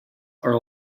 are